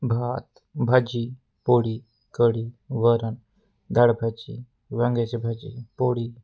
भात भाजी पोळी कढी वरण दाळभाजी वांग्याची भाजी पोळी